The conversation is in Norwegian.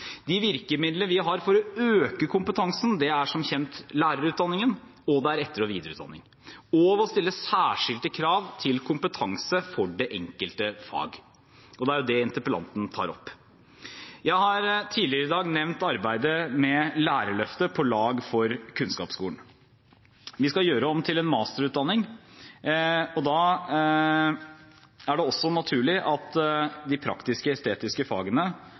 De virkemidlene vi har for å øke kompetansen, er som kjent lærerutdanningen og etter- og videreutdanningen, og å stille særskilte krav til kompetanse for det enkelte fag. Det er jo det interpellanten tar opp. Jeg har tidligere i dag nevnt arbeidet med Lærerløftet. På lag med kunnskapsskolen. Vi skal gjøre om til en masterutdanning, og da er det også naturlig at vi får et løft for de praktisk-estetiske fagene.